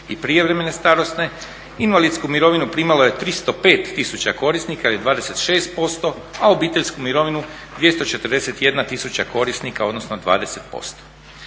i prijevremene starosne. Invalidsku mirovinu primalo je 305 tisuća korisnika ili 26%, a obiteljsku mirovinu 241 000 korisnika, odnosno 20%.